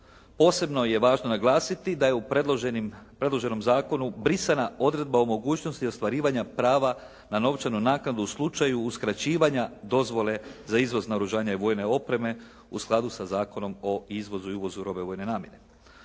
Posebno je važno naglasiti da je u predloženom zakonu brisana odredba o mogućnosti ostvarivanja prava na novčanu naknadu u slučaju uskraćivanja dozvole za izvoz naoružanja i vojne opreme u skladu sa Zakonom o izvozu i uvozu robe vojne namjene.